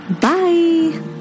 Bye